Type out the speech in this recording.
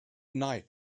night